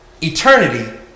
Eternity